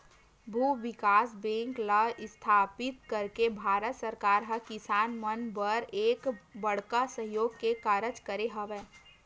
भूमि बिकास बेंक ल इस्थापित करके भारत सरकार ह किसान मन बर एक बड़का सहयोग के कारज करे हवय